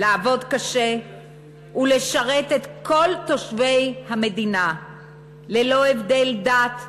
לעבוד קשה ולשרת את כל תושבי המדינה ללא הבדל דת,